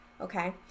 okay